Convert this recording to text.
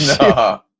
No